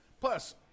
Plus